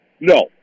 No